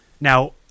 Now